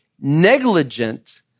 negligent